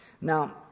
Now